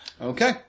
Okay